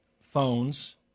phones